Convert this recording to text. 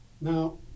Now